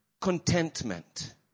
contentment